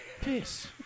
Peace